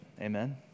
Amen